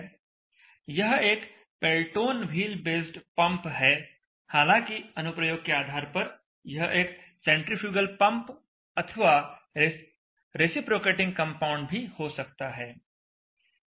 यह एक Pelton wheel based pump है हांलाकि अनुप्रयोग के आधार पर यह एक सेंट्रीफुगल पंप अथवा रेसिप्रोकेटिंग कंपाउंड भी हो सकता है